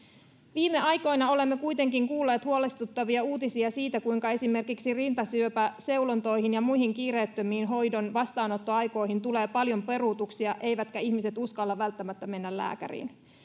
viime aikoina olemme kuitenkin kuulleet huolestuttavia uutisia siitä kuinka esimerkiksi rintasyöpäseulontoihin ja muihin kiireettömän hoidon vastaanottoaikoihin tulee paljon peruutuksia eivätkä ihmiset uskalla välttämättä mennä lääkäriin